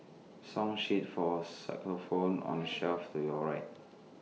song sheets for on the shelf to your right